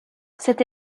cette